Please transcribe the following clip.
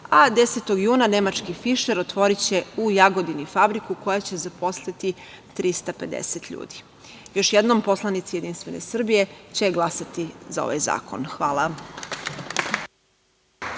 a 10. juna nemački „Fišer“ otvoriće u Jagodini fabriku koja će zaposliti 350 ljudi. Još jednom, poslanici Jedinstvene Srbije će glasati za ovaj zakon. Hvala.